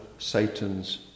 Satan's